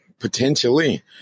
Potentially